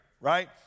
right